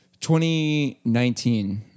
2019